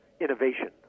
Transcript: innovation